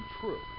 true